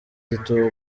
gitumo